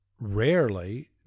rarely